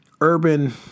urban